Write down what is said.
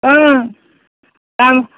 ओ दाम